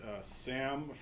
Sam